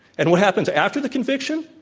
and what happens after the conviction?